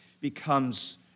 becomes